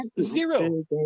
Zero